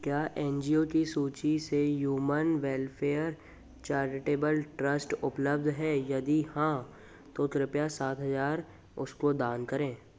क्या N G O की सूची में ह्यूमन वेलफेयर चैरिटेबल ट्रस्ट उपलब्ध है यदि हाँ तो कृपया रु सात हज़ार इसको दान करें